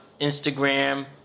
Instagram